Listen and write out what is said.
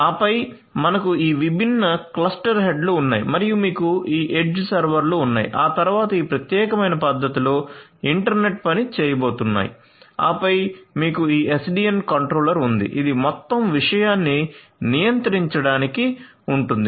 ఆపై మనకు ఈ విభిన్న క్లస్టర్ హెడ్లు ఉన్నాయి మరియు మీకు ఈ ఎడ్జ్ సర్వర్లు ఉన్నాయి ఆ తర్వాత ఈ ప్రత్యేకమైన పద్ధతిలో ఇంటర్నెట్ పని చేయబోతున్నారు ఆపై మీకు ఈ ఎస్డిఎన్ కంట్రోలర్ ఉంది ఇది మొత్తం విషయాన్ని నియంత్రించడానికి ఉంటుంది